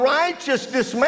righteousness